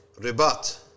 Ribat